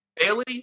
Bailey